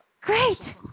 Great